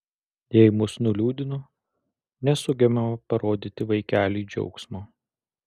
jei mus nuliūdino nesugebame parodyti vaikeliui džiaugsmo